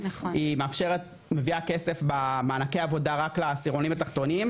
היא מאפשרת מביאה כסף במענקי העבודה רק לעשירונים התחתונים.